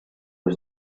was